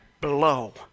blow